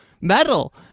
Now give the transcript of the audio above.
metal